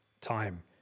time